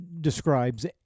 describes